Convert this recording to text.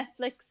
Netflix